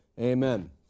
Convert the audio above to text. Amen